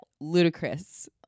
ludicrous